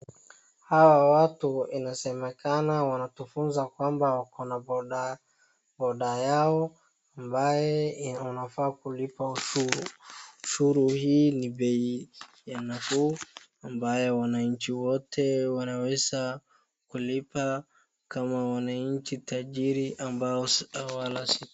Hawa watu, inasemekana, wanatufunza kwamba wako na bodaboda yao, ambaye wanafaa kulipa ushuru. Hii ni bei ya nafuu, ambayo wananchi wote wanaweza kulipa, kama wananchi tajiri ambao wala...